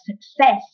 success